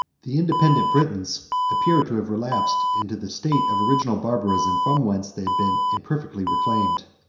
the independent britons appear to have relapsed into the state of original barbarism, from whence they had been imperfectly reclaimed.